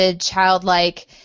childlike